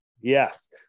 Yes